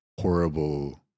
horrible